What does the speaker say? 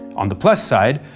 on the plus side,